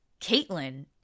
Caitlin